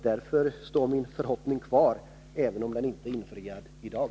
Därför står min förhoppning kvar, även om den inte blir infriad i dag.